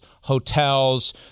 hotels